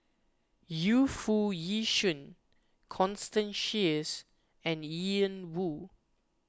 Yu Foo Yee Shoon Constance Sheares and Ian Woo